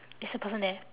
is the person there